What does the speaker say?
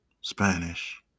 Spanish